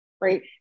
Right